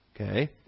Okay